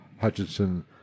Hutchinson